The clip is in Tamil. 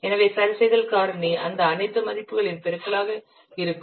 எனவே சரிசெய்தல் காரணி அந்த அனைத்து மதிப்புகளின் பெருக்கலாக இருக்கும்